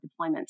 deployments